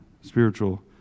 spiritual